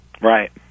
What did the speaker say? Right